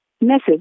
message